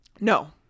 No